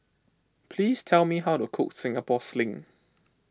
please tell me how to Cook Singapore Sling